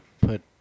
put